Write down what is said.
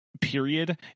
Period